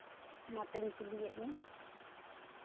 ᱚᱱᱟᱛᱤᱧ ᱠᱩᱞᱤᱭᱮᱫ ᱢᱮᱭᱟ